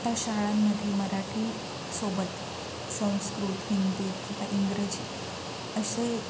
आता शाळांमधे मराठीसोबत संस्कृत हिंदी किंवा इंग्रजी असे